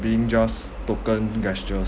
being just token gestures